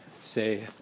say